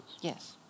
Yes